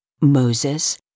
Moses